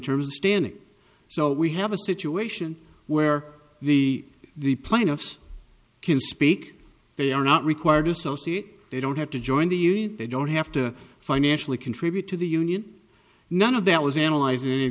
terms of standing so we have a situation where the the plaintiffs can speak they are not required to sociate they don't have to join the union they don't have to financially contribute to the union none of that was analyzing